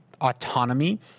autonomy